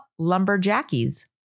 Lumberjackies